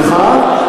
סליחה?